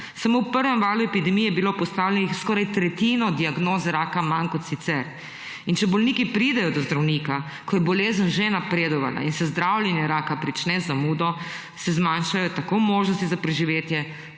Samo v prvem valu epidemije je bila postavljena skoraj tretjina diagnoz raka manj kot sicer. Če bolniki pridejo do zdravnika, ko je bolezen že napredovala in se zdravljenje raka prične z zamudo, se zmanjšajo tako možnosti za preživetje